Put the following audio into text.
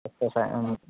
খেতিটো চাই